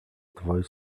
tvoj